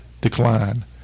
decline